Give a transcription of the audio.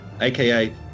aka